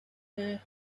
the